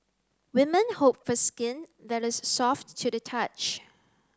women hope for skin that is soft to the touch